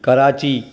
Karachi